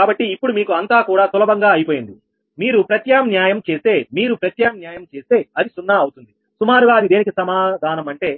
కాబట్టి ఇప్పుడు మీకు అంతా కూడా సులభంగా అయిపోయింది మీరు ప్రత్యామ్న్యాయం చేస్తే మీరు ప్రత్యామ్న్యాయం చేస్తే అది 0 అవుతుంది సుమారుగా అది దేనికి సమాధానం అంటే